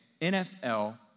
NFL